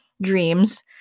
dreams